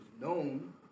known